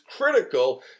critical